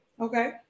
Okay